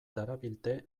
darabilte